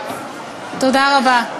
תודה רבה.